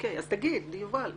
אז תגיד, יובל.